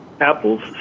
Apple's